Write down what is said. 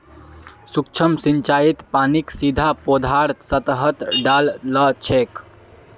सूक्ष्म सिंचाईत पानीक सीधा पौधार सतहत डा ल छेक